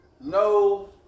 No